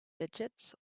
digits